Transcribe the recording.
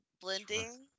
blending